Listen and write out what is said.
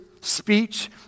speech